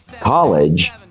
college